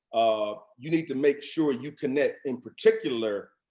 ah you need to make sure you connect in particular,